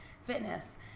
fitness